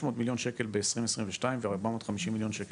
מיליון שקלים ב-2022 ועל 450 מיליון שקלים